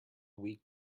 weak